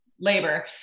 labor